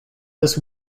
this